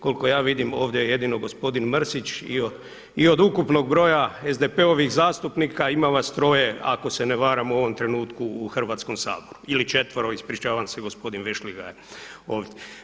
Koliko ja vidim ovdje je jedino gospodin Mrsić i od ukupnog broja SDP-ovih zastupnika ima vas troje ako se ne varam u ovom trenutku u Hrvatskom saboru ili četvero ispričavam gospodin Vešligaj je ovdje.